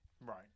right